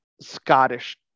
Scottish